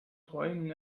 träumen